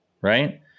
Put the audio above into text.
right